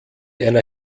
einer